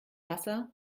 wasser